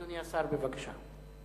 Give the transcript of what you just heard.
אדוני השר, בבקשה.